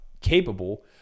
capable